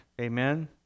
Amen